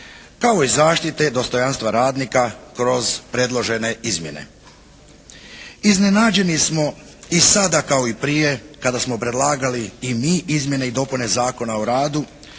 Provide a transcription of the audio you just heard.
ka o i zaštite dostojanstva radnika kroz predložene izmjene. Iznenađeni smo i sada kao i prije kada smo predlagali i mi izmjene i dopune Zakona o radu,